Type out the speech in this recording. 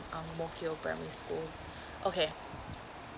ang mo kio primary school okay